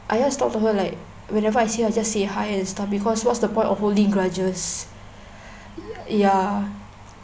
I just talk to her like whenever I say I just say hi and stuff because what's the point of holding grudges ya